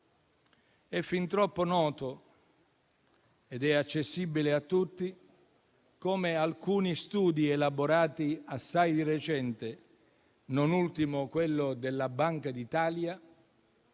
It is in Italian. È fin troppo noto ed è accessibile a tutti come alcuni studi elaborati assai di recente, non ultimo quello della Banca d'Italia,